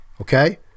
Okay